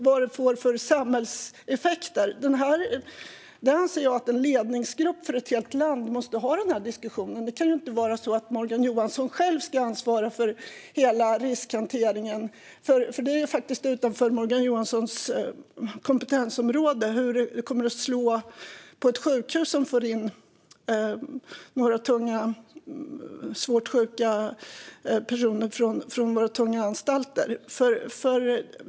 Vad får det för samhällseffekter? Jag anser att en ledningsgrupp för ett helt land måste ha den här diskussionen. Det kan ju inte vara så att Morgan Johansson själv ska ansvara för hela riskhanteringen - hur det kommer att slå om ett sjukhus får in några svårt sjuka personer från våra tunga anstalter ligger ju faktiskt utanför Morgan Johansson kompetensområde.